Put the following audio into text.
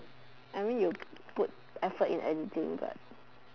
I mean you put the effort in anything what